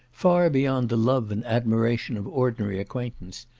far beyond the love and admiration of ordinary acquaintance,